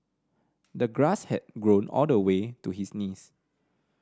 the grass had grown all the way to his knees